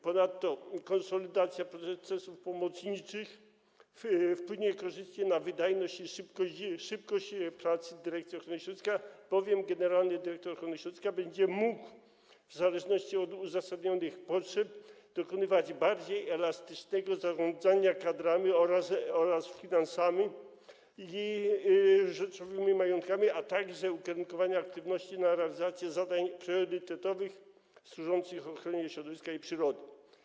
Ponadto konsolidacja procesów pomocniczych wpłynie korzystnie na wydajność i szybkość pracy w Dyrekcji Ochrony Środowiska, bowiem generalny dyrektor ochrony środowiska będzie mógł w zależności od uzasadnionych potrzeb dokonywać bardziej elastycznego zarządzania kadrami oraz finansami i rzeczowymi majątkami, a także ukierunkowania aktywności na realizację zadań priorytetowych, służących ochronie środowiska i przyrody.